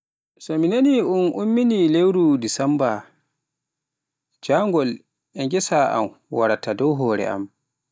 So mi nani un inni ni lewru Disemba janngol e ghessa am wara dow hore am.